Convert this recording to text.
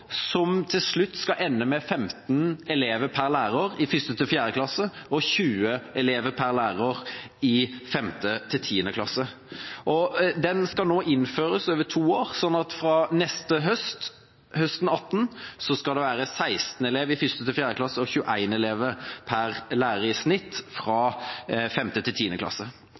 som til slutt skal ende med 15 elever per lærer i 1.–4. klasse og 20 elever per lærer i 5.–10. klasse. Den skal nå innføres over to år, slik at det fra høsten 2018 skal være 16 elever i 1.–4. klasse og 21 elever per lærer i snitt i 5–10. klasse.